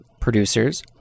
producers